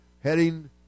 heading